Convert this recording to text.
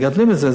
מגדלים את זה.